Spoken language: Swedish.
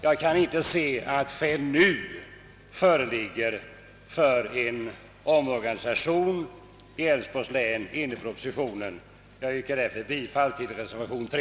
Jag kan inte se att skäl nu föreligger för en omorganisation i Älvsborgs län enligt propositionens förslag. Jag yrkar därför bifall till reservationen 3.